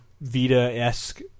Vita-esque